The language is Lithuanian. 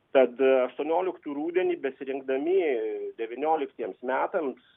tad aštuonioliktų rudenį besirinkdami devynioliktiems metams